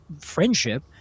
friendship